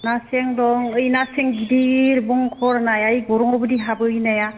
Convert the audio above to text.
ना सें दं ओइ ना सें गिदिर बंखर नाया यै गरंआव बिदि हाबो बै नाया